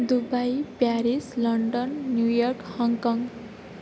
Dubai Paris London New York Hong Kong